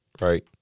right